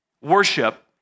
worship